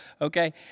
okay